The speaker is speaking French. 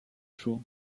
jour